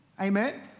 amen